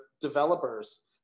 developers